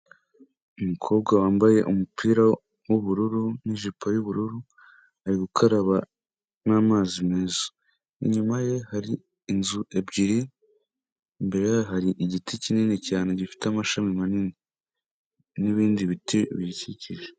Umukobwa wambaye umupira w'ubururu n'ijipo y'ubururu, ari gukaraba n'amazi meza, inyuma ye hari inzu ebyiri, imbere ye hari igiti kinini cyane gifite amashami manini n'ibindi biti biyikikije.